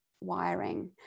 wiring